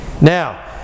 Now